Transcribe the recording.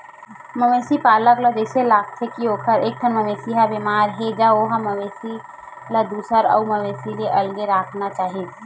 मवेशी पालक ल जइसे लागथे के ओखर एकठन मवेशी ह बेमार हे ज ओ मवेशी ल दूसर अउ मवेशी ले अलगे राखना चाही